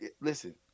Listen